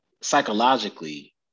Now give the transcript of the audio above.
psychologically